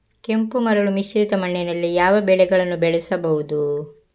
ಕೆಂಪು ಮರಳು ಮಿಶ್ರಿತ ಮಣ್ಣಿನಲ್ಲಿ ಯಾವ ಬೆಳೆಗಳನ್ನು ಬೆಳೆಸಬಹುದು?